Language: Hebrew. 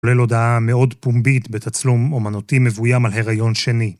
‫כולל הודעה מאוד פומבית ‫בתצלום אומנותי מבוים על הריון שני.